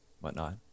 whatnot